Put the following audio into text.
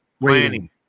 Waiting